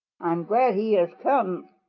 i'm glad he has come,